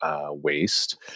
waste